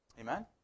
Amen